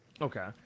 okay